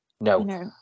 No